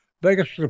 biggest